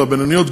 והבינוניות,